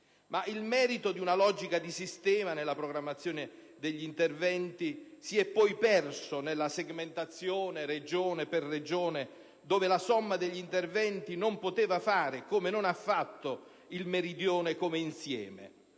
Il merito di una logica di sistema nella programmazione degli interventi si è poi perso nella segmentazione Regione per Regione, dove la somma degli interventi non poteva fare, come non ha fatto, il Meridione come insieme.